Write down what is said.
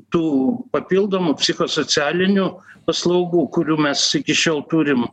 tų papildomų psichosocialinių paslaugų kurių mes iki šiol turim